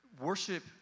worship